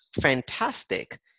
fantastic